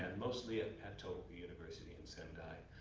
and mostly ah at tohoku university in sendai.